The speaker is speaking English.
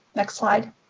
next slide.